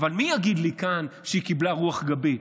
אבל מי יגיד לי כאן שהיא קיבלה רוח גבית?